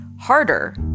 harder